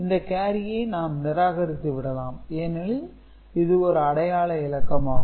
இந்த கேரியை நாம் நிராகரித்து விடலாம் ஏனெனில் இது ஒரு அடையாள இலக்கம் ஆகும்